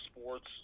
sports